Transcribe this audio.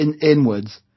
inwards